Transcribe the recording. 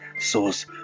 sauce